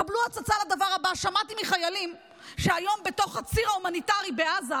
קבלו הצצה לדבר הבא: שמעתי מחיילים שהיום בתוך הציר ההומניטרי בעזה,